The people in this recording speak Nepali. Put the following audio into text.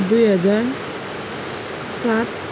दुई हजार सात